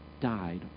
died